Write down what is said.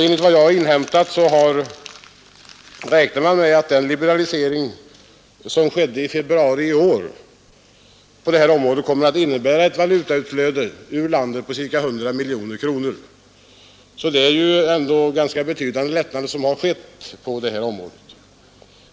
Enligt vad jag har inhämtat räknar man med att den liberalisering som skedde i februari i år kommer att innebära ett valutautflöde ur landet på ca 100 miljoner kronor. Det är alltså ändå ganska betydande lättnader som har skett på det här området.